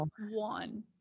one